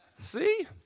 See